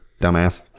dumbass